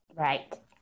Right